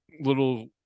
little